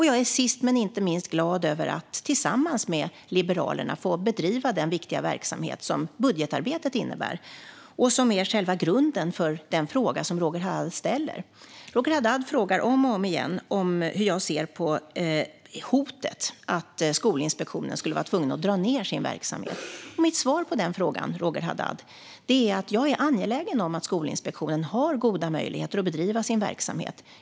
Jag är sist men inte minst glad över att tillsammans med Liberalerna få bedriva den viktiga verksamhet som budgetarbetet innebär och som är själva grunden för den fråga som Roger Haddad ställer. Roger Haddad frågar om och om igen om hur jag ser på hotet att Skolinspektionen skulle vara tvungen att dra ned på sin verksamhet. Mitt svar på den frågan, Roger Haddad, är att jag är angelägen om att Skolinspektionen har goda möjligheter att bedriva sin verksamhet.